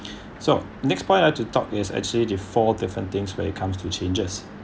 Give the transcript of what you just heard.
so next point I want to talk is actually the four different things when it comes to changes